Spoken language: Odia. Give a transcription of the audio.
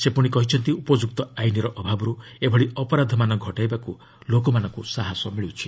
ସେ କହିଛନ୍ତି ଉପଯୁକ୍ତ ଆଇନ୍ର ଅଭାବରୁ ଏଭଳି ଅପରାଧମାନ ଘଟାଇବାକୁ ଲୋକମାନଙ୍କୁ ସାହସ ମିଳ୍କୁଛି